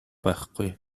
байхгүй